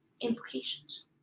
implications